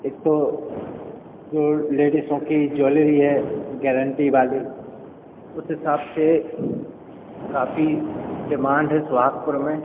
एक तो जो लेडिसों की ज्वेलरी है गैरेन्टी वाली उस हिसाब से काफ़ी डिमांड है सोहागपुर में